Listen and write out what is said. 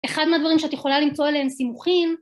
אחד מהדברים שאת יכולה למצוא אליהם סימוכים